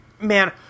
Man